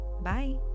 Bye